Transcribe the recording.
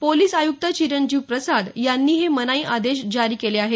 police आयुक्त चिरंजीव प्रसाद यांनी हे मनाई आदेश जारी केले आहेत